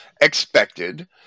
expected